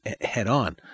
head-on